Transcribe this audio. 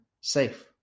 safe